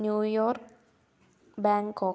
New York Bangkok